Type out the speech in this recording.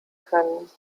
können